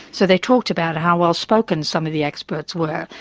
so they talked about how well-spoken some of the experts were,